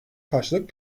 karşılık